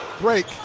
break